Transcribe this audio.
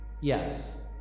yes